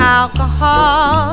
alcohol